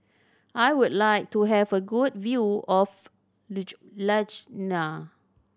I would like to have a good view of Ljubljana